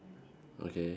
okay